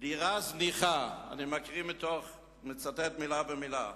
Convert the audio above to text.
דירה זניחה, אני מצטט מלה במלה: